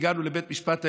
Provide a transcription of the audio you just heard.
הגענו לבית המשפט העליון,